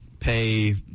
pay